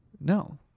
No